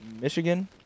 Michigan